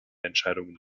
entscheidungen